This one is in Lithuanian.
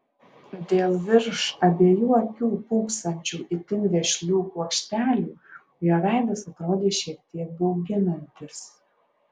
dėl virš abiejų akių pūpsančių itin vešlių kuokštelių jo veidas atrodė šiek tiek bauginantis